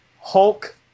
Hulk